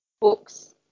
books